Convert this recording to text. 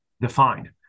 defined